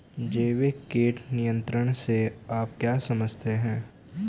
जैविक कीट नियंत्रण से आप क्या समझते हैं?